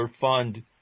fund